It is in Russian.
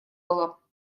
было